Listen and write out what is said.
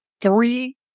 three